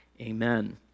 Amen